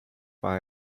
war